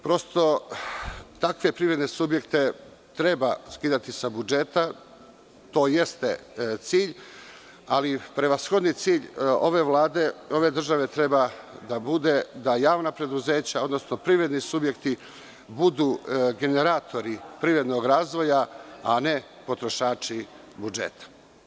Prosto, takve privredne subjekte treba skidati sa budžeta, to jeste cilj, ali prevashodni cilj ove države treba da bude da javna preduzeća, odnosno privredni subjekti budu generatori privrednog razvoja, a ne potrošači budžeta.